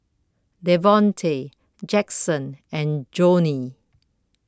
Devonte Jaxson and Joanie